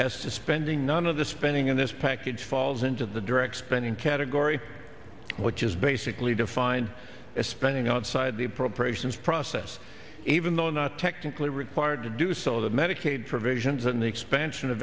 as to spending none of the spending in this package falls into the direct spending category which is basically defined as spending outside the appropriations process even though not technically required to do so the medicaid provisions and the expansion of